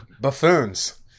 buffoons